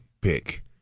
pick